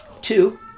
Two